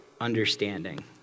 understanding